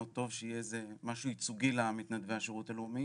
טוב שיהיה איזה משהו ייצוגי למתנדבי השירות הלאומי.